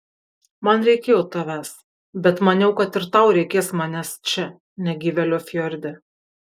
man reikėjo tavęs bet maniau kad ir tau reikės manęs čia negyvėlio fjorde